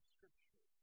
Scripture